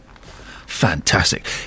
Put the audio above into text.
Fantastic